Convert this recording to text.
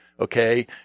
Okay